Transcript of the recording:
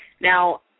Now